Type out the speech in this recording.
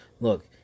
Look